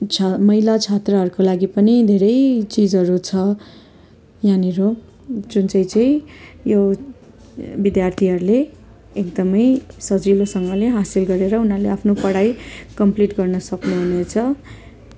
छा महिला छात्राहरूको लागि पनि धेरै चिजहरू छ यहाँनिर जुन चाहिँ चाहिँ यो विद्यार्थीहरूले एकदमै सजिलोसँगले हासिल गरेर उनीहरूले पढाइ कम्प्लिट गर्न सक्नुहुनेछ